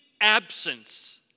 absence